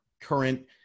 current